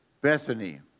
Bethany